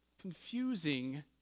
confusing